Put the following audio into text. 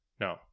No